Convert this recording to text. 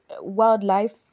wildlife